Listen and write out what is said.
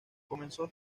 comenzó